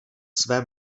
své